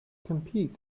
compete